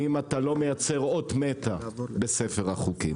האם אתה לא מייצר אות מתה בספר החוקים.